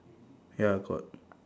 ya got